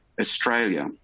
Australia